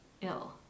ill